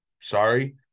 sorry